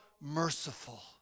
merciful